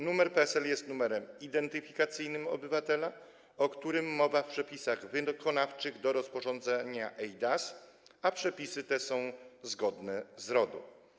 Numer PESEL jest numerem identyfikacyjnym obywatela, o którym mowa w przepisach wykonawczych do rozporządzenia eIDAS, a przepisy te są zgodne z RODO.